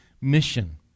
mission